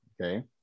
okay